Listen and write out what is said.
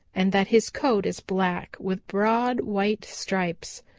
and that his coat is black with broad white stripes.